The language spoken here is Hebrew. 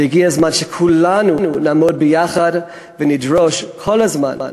והגיע הזמן שכולנו נעמוד יחד ונדרוש כל הזמן: